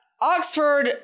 Oxford